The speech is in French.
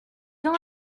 dans